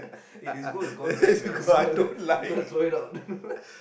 eh this gold has gone bad man I'm gonna throw it out